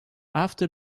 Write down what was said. after